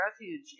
refuge